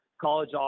college